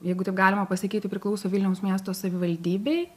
jeigu taip galima pasakyti priklauso vilniaus miesto savivaldybei